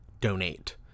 donate